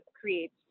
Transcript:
creates